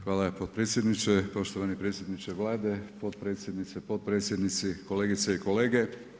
Hvala potpredsjedniče, poštovani predsjedniče Vlade, potpredsjednice, potpredsjednici, kolegice i kolege.